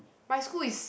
my school is